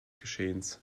geschehens